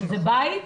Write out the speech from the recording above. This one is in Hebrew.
שזה בית.